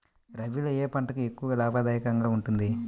రబీలో ఏ పంట ఎక్కువ లాభదాయకంగా ఉంటుంది?